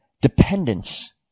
dependence